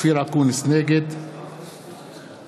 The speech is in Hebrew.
נגד